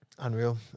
Unreal